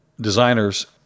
designers